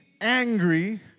angry